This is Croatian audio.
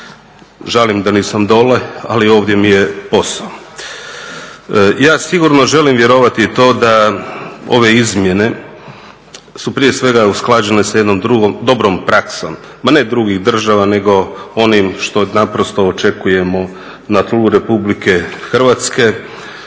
Žalim da nisam dole, ali ovdje mi je posao. Ja sigurno želim vjerovati i to da ove izmjene su prije svega usklađene sa jednom drugom dobrom praksom, ma ne drugih država nego onim što naprosto očekujemo na tlu Republike Hrvatske.